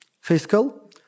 fiscal